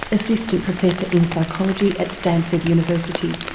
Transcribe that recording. assistant professor in psychology at stanford university.